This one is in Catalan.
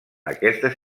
aquestes